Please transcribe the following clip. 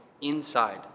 inside